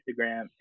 instagram